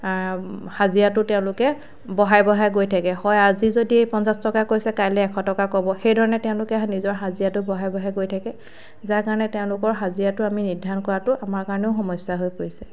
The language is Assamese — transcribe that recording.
হাজিৰাটো তেওঁলোকে বঢ়াই বঢ়াই গৈ থাকে হয় আজি যদি পঞ্চাছ টকা কৈছে কাইলে এশ টকা ক'ব সেইধৰণে তেওঁলোকে নিজৰ হাজিৰাটো বঢ়াই বঢ়াই গৈ থাকে যাৰ কাৰণে আমি তেওঁলোকৰ হাজিৰাটো আমি নিৰ্ধাৰণ কৰাটো আমাৰ কাৰণেও সমস্যা হৈ পৰিছে